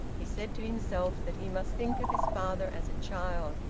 he said to himself that he must think of his father as a child.